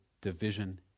division